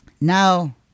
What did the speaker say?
now